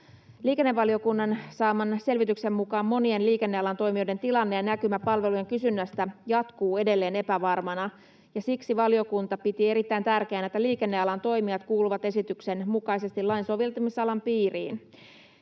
Liikennevaliokunnan saaman selvityksen mukaan monien liikennealan toimijoiden tilanne ja näkymä palvelujen kysynnästä jatkuu edelleen epävarmana, ja siksi valiokunta piti erittäin tärkeänä, että liikennealan toimijat kuuluvat esityksen mukaisesti lain soveltamisalan piiriin.